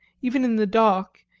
even in the dark,